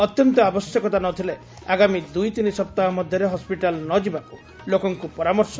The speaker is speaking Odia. ଅତ୍ୟନ୍ତ ଆବଶ୍ୟକତା ନ ଥିଲେ ଆଗାମୀ ଦୁଇ ତିନି ସପ୍ତାହ ମଧରେ ହସ୍କିଟାଲ୍ ନ ଯିବାକୁ ଲୋକଙ୍କ ପରାମର୍ଶ